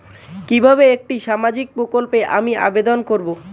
কিভাবে একটি সামাজিক প্রকল্পে আমি আবেদন করব?